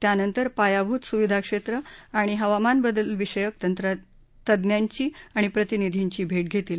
त्यानंतर पायाभूत सुविधाक्षेत्र आणि हवामानबदलविषयक तज्ञांची आणि प्रतिनिधींची भेट घेतील